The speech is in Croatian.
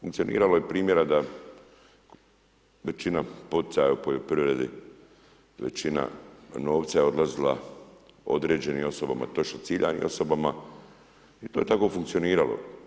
Funkcioniralo je primjera da većina poticaja u poljoprivredi, većina novca je odlazila određenim osobama, točno ciljanim osobama i to je tako funkcioniralo.